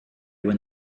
were